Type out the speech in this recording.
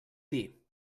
dir